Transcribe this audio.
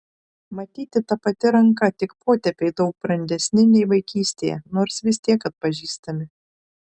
matyti ta pati ranka tik potėpiai daug brandesni nei vaikystėje nors vis tiek atpažįstami